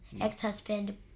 Ex-husband